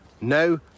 No